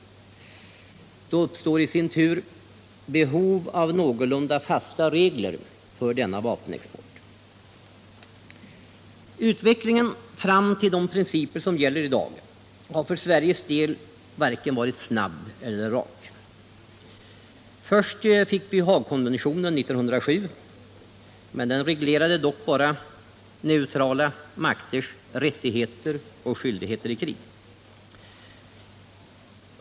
Då uppstår i sin tur behov av någorlunda fasta regler för denna vapenexport. Utvecklingen fram till de principer som gäller i dag har för Sveriges del varit varken snabb eller rak. Först kom, Haagkonventionen 1907. Den reglerade dock bara neutrala makters rättigheter och skyldigheter i krig.